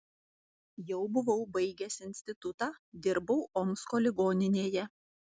jau buvau baigęs institutą dirbau omsko ligoninėje